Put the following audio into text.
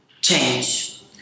change